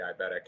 diabetic